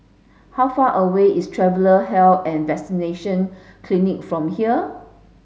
how far away is Traveller and Vaccination Clinic from here